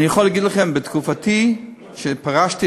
אני יכול להגיד לכם: בתקופתי, כשפרשתי,